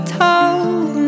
told